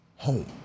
home